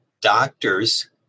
doctors